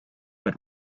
but